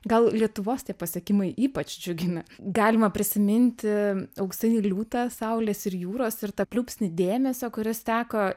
gal lietuvos tie pasiekimai ypač džiugina galima prisiminti auksinį liūtą saulės ir jūros ir tą pliūpsnį dėmesio kuris teko